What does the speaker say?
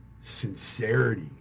sincerity